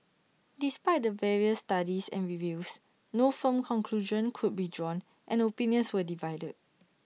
despite the various studies and reviews no firm conclusion could be drawn and opinions were divided